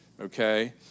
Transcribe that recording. okay